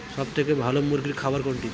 সবথেকে ভালো মুরগির খাবার কোনটি?